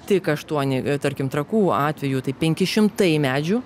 tik aštuoni tarkim trakų atveju tai penki šimtai medžių